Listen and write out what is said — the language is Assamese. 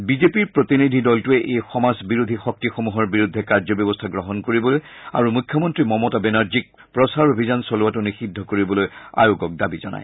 বিজেপিৰ প্ৰতিনিধি দলটোৱে এই সমাজ বিৰোধী শক্তিসমূহৰ বিৰুদ্ধে কাৰ্যব্যৱস্থা গ্ৰহণ কৰিবলৈ আৰু মুখ্যমন্তী মমতা বেনাৰ্জীক প্ৰচাৰ অভিযান চলোৱাটো নিষিদ্ধ কৰিবলৈ আয়োগক দাবী জনায়